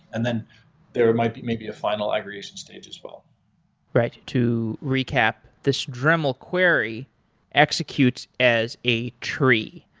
and then there might maybe a final aggregation stage as well right. to recap, this dremel query executes as a tree.